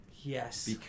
Yes